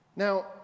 Now